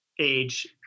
age